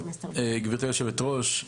גברתי היושבת-ראש,